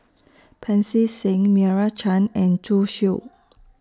Pancy Seng Meira Chand and Zhu Xu